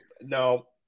no